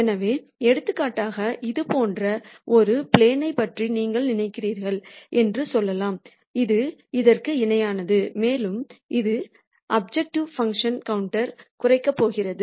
எனவே எடுத்துக்காட்டாக இது போன்ற ஒரு ப்ளேனை பற்றி நீங்கள் நினைக்கிறீர்கள் என்று சொல்லலாம் இது இதற்கு இணையானது மேலும் இது அப்ஜெக்டிவ் பங்க்ஷன் கான்டூரை குறைக்கப் போகிறது